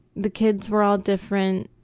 the kids were all different,